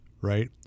right